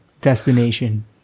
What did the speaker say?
destination